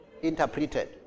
Interpreted